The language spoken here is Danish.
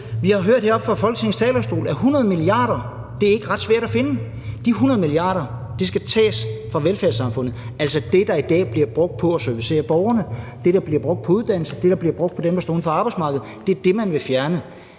Vi har hørt heroppe fra Folketingets talerstol, at det ikke er ret svært at finde 100 mia. kr. De 100 mia. kr. skal tages fra velfærdssamfundet, altså fra de midler, som i dag bliver brugt på at servicere borgerne, som bliver brugt på uddannelse, og som bliver brugt på dem, der står uden for arbejdsmarkedet. Det er de midler, man vil fjerne.